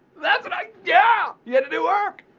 that's what i yeah. you had to do work.